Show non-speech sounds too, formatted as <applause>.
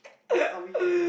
<laughs>